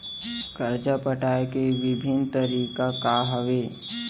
करजा पटाए के विभिन्न तरीका का हवे?